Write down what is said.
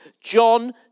John